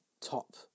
top